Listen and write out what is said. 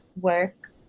work